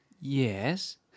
Yes